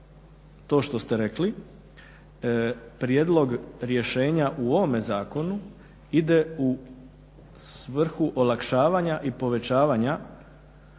to što ste rekli. Prijedlog rješenja u ovome zakonu ide u svrhu olakšavanja i povećavanja